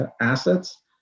assets